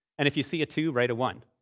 and if you see a two, write a one.